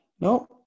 No